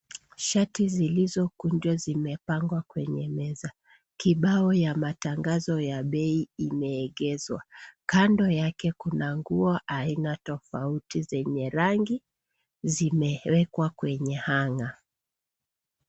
Shati zilizokunjwa zimepangwa kwenye meza. Kibao ya matangazo ya bei imeegezwa. Kando yake kuna nguo tofauti zenye rangi, zimewekwa kwenye hanger .